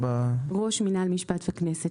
אני ראש מינהל משפט וכנסת